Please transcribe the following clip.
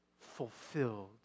fulfilled